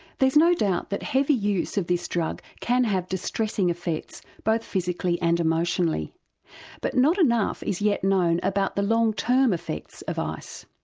there's no doubt that heavy use of this drug can have distressing effects both physically and emotionally but not enough is yet known about the long term effects of ice.